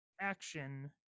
action